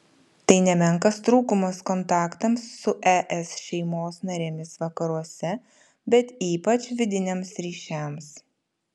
tai nemenkas trūkumas kontaktams su es šeimos narėmis vakaruose bet ypač vidiniams ryšiams